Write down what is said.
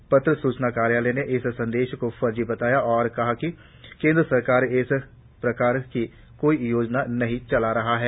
एक ट्वीट में प्रत्र सूचना कार्यालय ने इस संदेश को फर्जी बताया और कहा है कि केन्द्र सरकार इस प्रकार की कोई योजना नहीं चला रही है